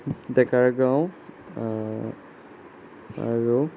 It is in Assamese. ডেকাৰ গাওঁ আৰু